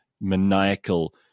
maniacal